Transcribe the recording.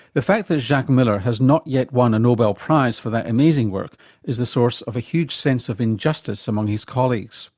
the fact that jacques miller has not yet won a nobel prize for that amazing work is the source of a huge sense of injustice among his colleagues.